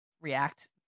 react